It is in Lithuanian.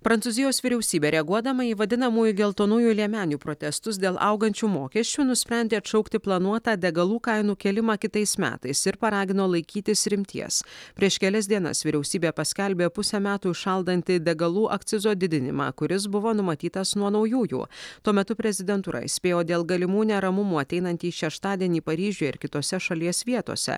prancūzijos vyriausybė reaguodama į vadinamųjų geltonųjų liemenių protestus dėl augančių mokesčių nusprendė atšaukti planuotą degalų kainų kėlimą kitais metais ir paragino laikytis rimties prieš kelias dienas vyriausybė paskelbė pusę metų įšaldanti degalų akcizo didinimą kuris buvo numatytas nuo naujųjų tuo metu prezidentūra įspėjo dėl galimų neramumų ateinantį šeštadienį paryžiuje ir kitose šalies vietose